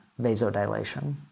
vasodilation